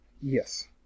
Yes